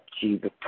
Jesus